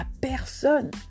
personne